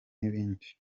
n’ibindi